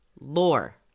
lore